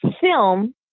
film